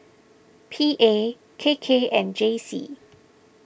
P A K K and J C